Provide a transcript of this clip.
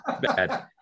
bad